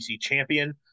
champion